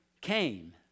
came